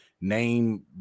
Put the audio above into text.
name